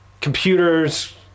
computers